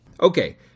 Okay